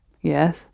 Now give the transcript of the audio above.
Yes